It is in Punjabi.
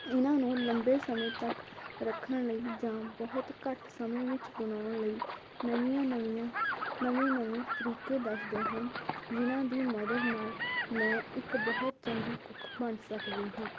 ਇਨ੍ਹਾਂ ਨੂੰ ਲੰਬੇ ਸਮੇਂ ਤੱਕ ਰੱਖਣ ਲਈ ਜਾਂ ਬਹੁਤ ਘੱਟ ਸਮੇਂ ਵਿੱਚ ਬਣਾਉਣ ਲਈ ਨਵੀਆਂ ਨਵੀਆਂ ਨਵੇਂ ਨਵੇਂ ਤਰੀਕੇ ਦੱਸਦੇ ਹਨ ਜਿਨ੍ਹਾਂ ਦੀ ਮਦਦ ਨਾਲ ਮੈਂ ਇੱਕ ਬਹੁਤ ਚੰਗੀ ਕੁੱਕ ਬਣ ਸਕਦੀ ਹਾਂ